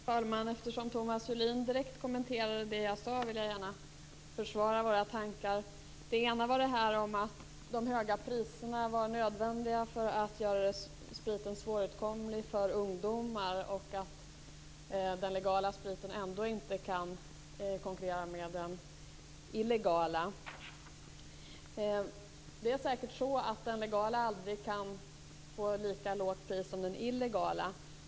Herr talman! Eftersom Thomas Julin direkt kommenterade vad jag sade, vill jag gärna försvara våra tankar. En kommentar gällde det här med att de höga priserna är nödvändiga för att göra spriten svåråtkomlig för ungdomar och att den legala spriten ändå inte kan konkurrera med den illegala. Det är säkert så att den legala spriten aldrig kan få lika lågt pris som den illegala.